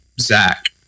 Zach